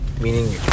Meaning